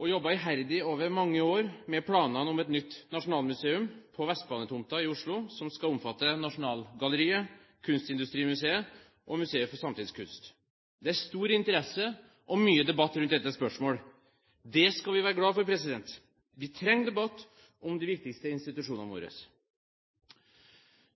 og jobbet iherdig over mange år med planene om et nytt nasjonalmuseum på Vestbanetomten i Oslo, som skal omfatte Nasjonalgalleriet, Kunstindustrimuseet og Museet for samtidskunst. Det er stor interesse og mye debatt rundt dette spørsmålet. Det skal vi være glad for. Vi trenger debatt om de viktigste institusjonene våre.